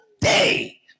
day